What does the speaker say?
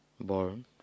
born